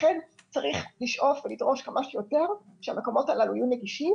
לכן צריך לשאוף ולדרוש כמה שיותר שהמקומות הללו יהיו נגישים,